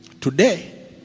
today